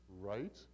right